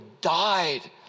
died